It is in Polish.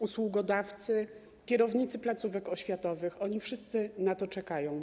Usługodawcy, kierownicy placówek oświatowych - oni wszyscy na to czekają.